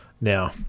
Now